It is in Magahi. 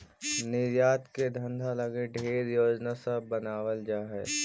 निर्यात के धंधा लागी ढेर योजना सब बनाबल जा हई